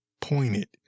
pointed